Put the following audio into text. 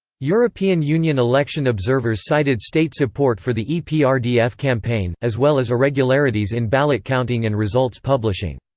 european union election observers cited state support for the eprdf campaign, as well as irregularities in ballot counting and results publishing.